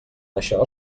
això